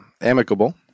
amicable